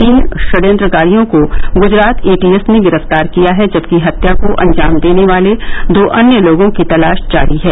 तीन षडयंत्रकारियों को गुजरात एटीएस ने गिरफ्तार किया है जबकि हत्या को अंजाम देने वाले दो अन्य लोगों की तलाश जारी है